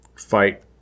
Fight